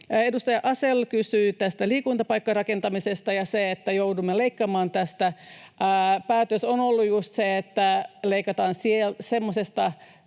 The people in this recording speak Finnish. Edustaja Asell kysyi tästä liikuntapaikkarakentamisesta ja siitä, että joudumme leikkaamaan tästä. Päätös on ollut just se, että leikataan semmoisesta,